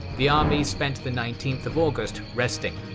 the armies spent the nineteenth of august resting.